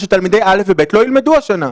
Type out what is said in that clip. שתלמידי כיתות א' ו-ב' לא ילמדו השנה.